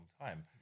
time